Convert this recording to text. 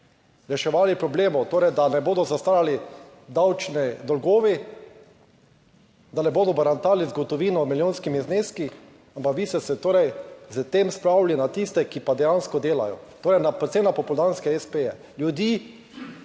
reševali problemov, torej, da ne bodo zastarali davčni dolgovi, da ne bodo barantali z gotovino, milijonskimi zneski, ampak vi ste se torej s tem spravili na tiste, ki pa dejansko delajo. Torej, predvsem na popoldanske s. p.-ji,